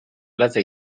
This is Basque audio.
latza